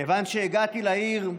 כיוון שהגעתי לעיר,